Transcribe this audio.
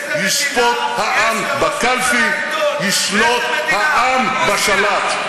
ישפוט העם בקלפי, ישלוט העם בשלט.